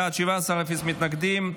בעד, 17, אין מתנגדים.